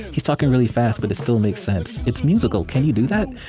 he's talking really fast, but it still makes sense. it's musical. can you do that?